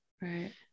Right